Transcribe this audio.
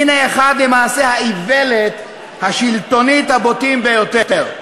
הנה אחד ממעשי האיוולת השלטונית הבוטים ביותר,